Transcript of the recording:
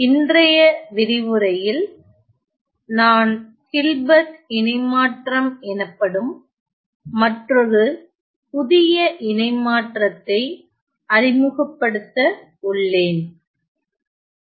இன்றைய விரிவுரையில் நான் ஹில்பர்ட் இணைமாற்றம் எனப்படும் மற்றொரு புதிய இணைமாற்றத்தை அறிமுகப்படுத்த உள்ளேன்